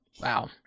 Wow